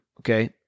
okay